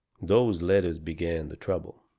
those letters began the trouble.